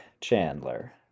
Chandler